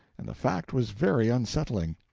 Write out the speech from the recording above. and the fact was very unsettling.